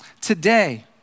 Today